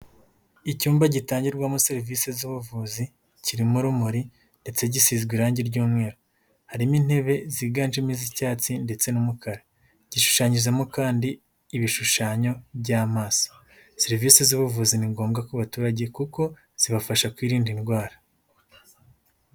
Icyumba gitangirwamo serivisi z'ubuvuzi, kirimo urumuri ndetse gisizwe irangi ry'umweru. Harimo intebe ziganjemo iz'icyatsi ndetse n'umukara. Gishushanyijemo kandi ibishushanyo by'amaso. Serivisi z'ubuvuzi ni ngombwa ku baturage kuko zibafasha kwirinda indwara.